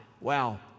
wow